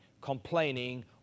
complaining